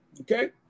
okay